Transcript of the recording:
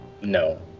No